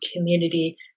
community